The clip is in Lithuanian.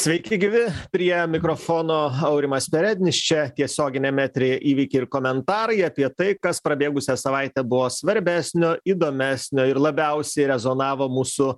sveiki gyvi prie mikrofono aurimas perednis čia tiesioginiame eteryje įvykiai ir komentarai apie tai kas prabėgusią savaitę buvo svarbesnio įdomesnio ir labiausiai rezonavo mūsų